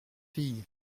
fille